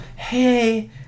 Hey